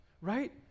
Right